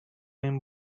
این